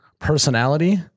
personality